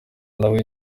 nawe